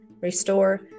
restore